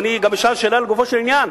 ואני גם אשאל שאלה לגופו של עניין: